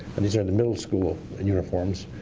and these are the middle school and uniforms,